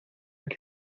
que